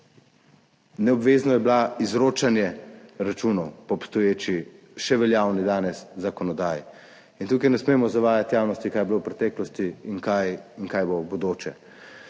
Neobvezno je bilo izročanje računov po obstoječi, še danes veljavni zakonodaji. In tukaj ne smemo zavajati javnosti, kaj je bilo v preteklosti in kaj in kaj bo v bodoče.